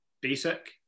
basic